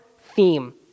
theme